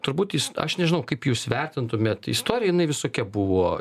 turbūt jis aš nežinau kaip jūs vertintumėt istoriją jinai visokia buvo